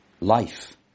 life